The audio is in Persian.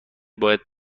باید